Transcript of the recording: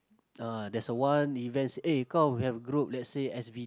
ah there's a one events eh come we have group let's say S_B